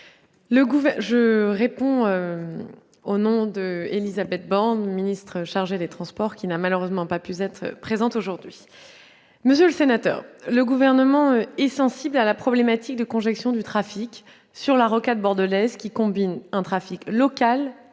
réponds au nom d'Élisabeth Borne, ministre chargé des transports, qui n'a malheureusement pas pu être présente aujourd'hui. Le Gouvernement est sensible à la problématique de la congestion du trafic sur la rocade bordelaise, qui combine un trafic local,